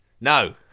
no